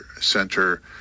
Center